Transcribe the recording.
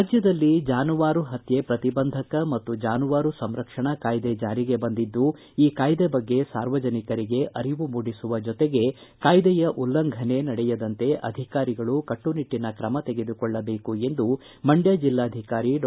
ರಾಜ್ಯದಲ್ಲಿ ಜಾನುವಾರು ಪತ್ನೆ ಪ್ರತಿಬಂಧಕ ಮತ್ತು ಜಾನುವಾರು ಸಂರಕ್ಷಣಾ ಕಾಯ್ದೆ ಜಾರಿಗೆ ಬಂದಿದ್ದು ಈ ಕಾಯ್ದೆ ಬಗ್ಗೆ ಸಾರ್ವಜನಿಕರಿಗೆ ಅರಿವು ಮೂಡಿಸುವ ಜೊತೆಗೆ ಕಾಯ್ದೆಯ ಉಲ್ಲಂಘನೆ ನಡೆಯದಂತೆ ಅಧಿಕಾರಿಗಳು ಕಟ್ಟುನಿಟ್ಲಿನ ತ್ರಮ ತೆಗೆದುಕೊಳ್ಳುವಂತೆ ಮಂಡ್ಕ ಜಿಲ್ಲಾಧಿಕಾರಿ ಡಾ